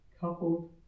coupled